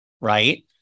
right